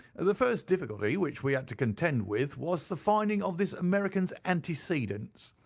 and the first difficulty which we had to contend with was the finding of this american's antecedents.